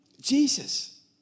Jesus